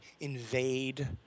invade